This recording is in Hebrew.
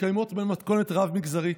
מתקיימות במתכונת רב-מגזרית.